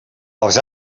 els